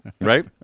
Right